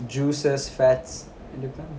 juices fats